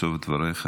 בסוף דבריך,